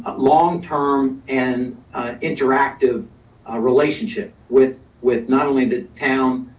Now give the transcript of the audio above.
ah long term and interactive relationship with with not only the town,